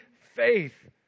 faith